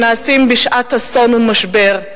הנעשים בשעת אסון ומשבר.